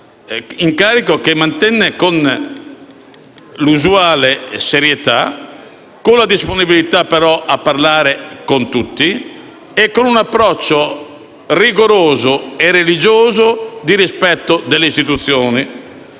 incarico che mantenne con l'usuale serietà, con la disponibilità, però, a parlare con tutti e con un approccio rigoroso e religioso di rispetto delle istituzioni.